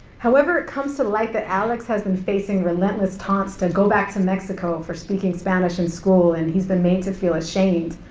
however, it comes to light that alex has been facing relentless taunts to go back to mexico for speaking spanish in school, and he's been made to feel ashamed.